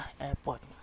airport